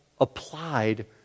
applied